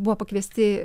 buvo pakviesti